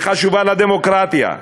היא חשובה לדמוקרטיה.